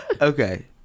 Okay